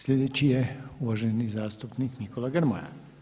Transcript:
Sljedeći je uvaženi zastupnik Nikola Grmoja.